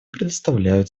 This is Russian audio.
представляют